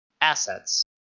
assets